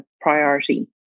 priority